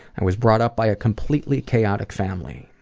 i was brought up by a completely chaotic family.